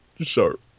sharp